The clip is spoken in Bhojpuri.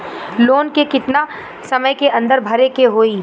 लोन के कितना समय के अंदर भरे के होई?